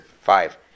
five